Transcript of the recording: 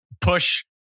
push